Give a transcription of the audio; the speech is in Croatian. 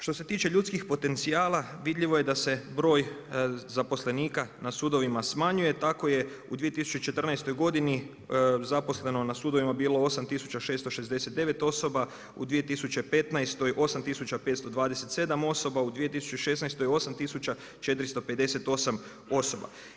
Što se tiče ljudskih potencijala, vidljivo je da se broj zaposlenika na sudovima smanjuje, tako je u 2014. g. zaposleno na sudovima bilo 8669 osoba u 2015. 8527 osoba, u 2016. 8458 osoba.